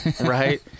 Right